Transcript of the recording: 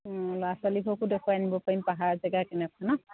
ল'ৰা ছোৱালীবোৰকো দেখুৱাই আনিব পাৰিম পাহাৰ জেগা কেনেকুৱা ন